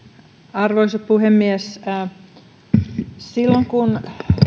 arvoisa puhemies kun